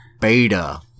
beta